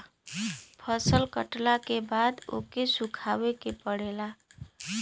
फसल कटला के बाद ओके सुखावे के पड़ेला